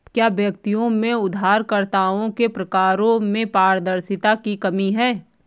क्या व्यक्तियों में उधारकर्ताओं के प्रकारों में पारदर्शिता की कमी है?